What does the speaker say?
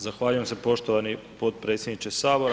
Zahvaljujem se poštovani potpredsjedniče HS.